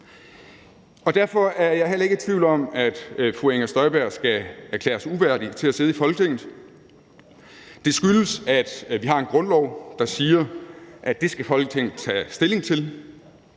Derfor er jeg heller ikke i tvivl om, at fru Inger Støjberg skal erklæres uværdig til at sidde i Folketinget. Det skyldes, at vi har en grundlov, der siger, at det skal Folketinget tage stilling til.